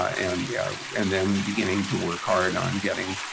ah and yeah and then beginning to work hard on getting